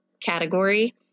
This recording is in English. category